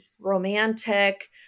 romantic